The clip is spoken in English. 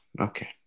Okay